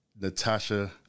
Natasha